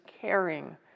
caring